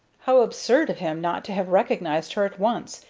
how absurd of him not to have recognized her at once,